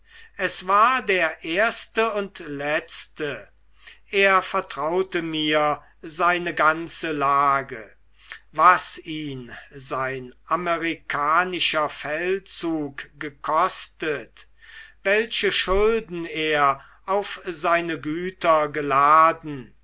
es war der erste und letzte er vertraute mir seine ganze lage was ihn sein amerikanischer feldzug gekostet welche schulden er auf seine güter geladen